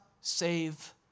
save